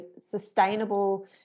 sustainable